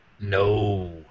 No